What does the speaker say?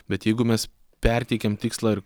bet jeigu mes perteikiam tikslą ir